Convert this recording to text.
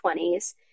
20s